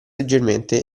leggermente